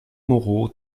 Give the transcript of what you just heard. moreau